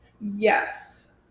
Yes